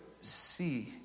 see